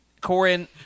corin